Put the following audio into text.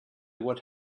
what